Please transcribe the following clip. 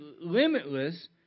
limitless